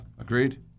Agreed